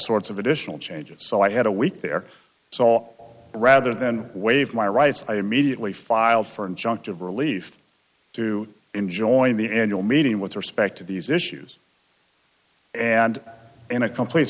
sorts of additional changes so i had a week there saw rather than waive my rights i immediately filed for injunctive relief to enjoin the annual meeting with respect to these issues and in a complete